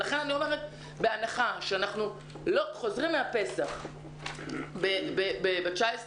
ולכן אני אומרת בהנחה שאנחנו חוזרים מהפסח ב-19 לחודש,